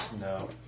No